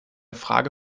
frage